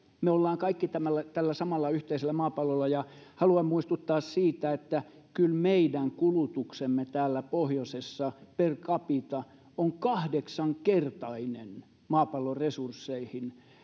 me olemme kaikki tällä samalla yhteisellä maapallolla haluan muistuttaa siitä että kyllä meidän kulutuksemme täällä pohjoisessa per capita on kahdeksankertainen maapallon resursseista